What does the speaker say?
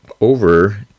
Over